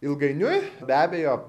ilgainiui be abejo